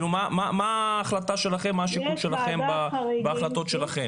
מה השיקול שלכם בהחלטות?